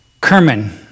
Kerman